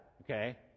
Okay